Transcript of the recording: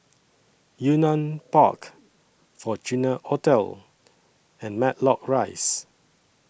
Yunnan Park Fortuna Hotel and Matlock Rise